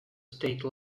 state